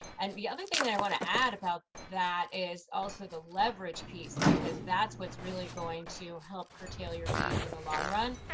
and the other thing that i want to add about that is also the leverage piece, because that's what's really going to help curtail your fees in the long run,